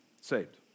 saved